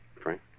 Frank